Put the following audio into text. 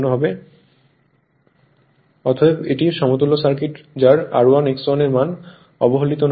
অতএব এটি সমতুল্য সার্কিট যার R1 X1 এর মান অবহেলিত নয়